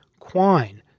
Quine